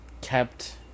kept